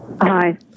Hi